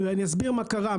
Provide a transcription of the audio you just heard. אני אסביר מה קרה.